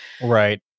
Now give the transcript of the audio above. Right